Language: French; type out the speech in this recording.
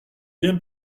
bien